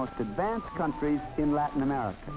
most advanced countries in latin america